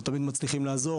לא תמיד מצליחים לעזור,